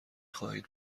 خواهید